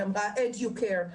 היא אמרה educaring,